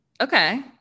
Okay